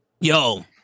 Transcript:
Yo